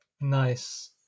nice